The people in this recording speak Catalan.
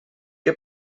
què